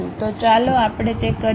તો ચાલો આપણે તે કરીએ